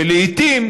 ולעיתים,